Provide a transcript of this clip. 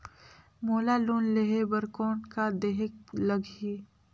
मोला लोन लेहे बर कौन का देहेक लगही?